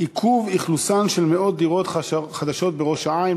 עיכוב אכלוסן של מאות דירות חדשות בראש-העין.